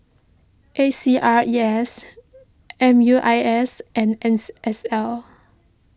A C R E S M U I S and N S L